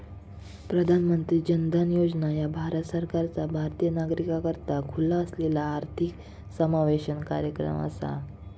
प्रधानमंत्री जन धन योजना ह्या भारत सरकारचा भारतीय नागरिकाकरता खुला असलेला आर्थिक समावेशन कार्यक्रम असा